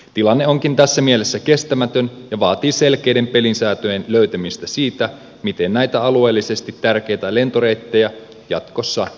tilanne onkin tässä mielessä kestämätön vaatii selkeiden pelisääntöjen löytämistä siitä miten näitä alueellisesti tärkeitä lentoreittejä jatkossa